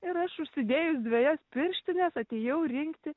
ir aš užsidėjus dvejas pirštines atėjau rinkti